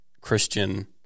Christian